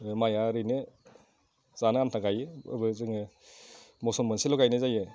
माइया ओरैनो जानो आन्था गायो एबा जोङो मसन मोनसेल' गायनाय जायो